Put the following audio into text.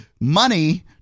money